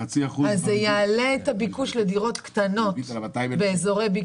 אז זה יעלה את הביקוש לדירות קטנות באזורי ביקוש.